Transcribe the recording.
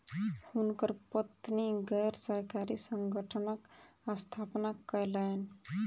हुनकर पत्नी गैर सरकारी संगठनक स्थापना कयलैन